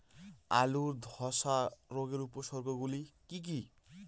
আলুর ধ্বসা রোগের উপসর্গগুলি কি কি?